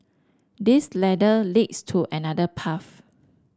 this ladder leads to another path